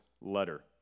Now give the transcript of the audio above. letter